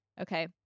okay